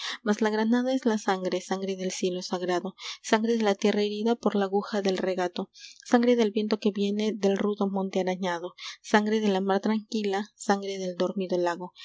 más la granada es la sangre sangre del cielo sagrado sangre de la tierra herida por la aguja del regato sangre del viento que viene peí rudo monte arañado sangre de la mar tranquila sangre del dormido lago